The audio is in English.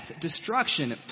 destruction